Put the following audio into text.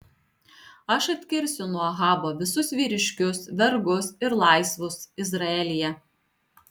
aš atkirsiu nuo ahabo visus vyriškius vergus ir laisvus izraelyje